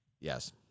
Yes